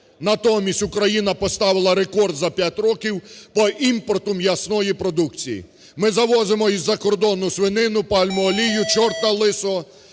натомість Україна поставила рекорд за 5 років по імпорту м'ясної продукції. Ми завозимо із-за кордону свинину, пальмову олію, чорта лисого